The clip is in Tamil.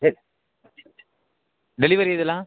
சரி டெலிவரி இதெல்லாம்